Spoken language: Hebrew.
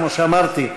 כמו שאמרתי: